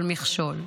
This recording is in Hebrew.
כל מכשול /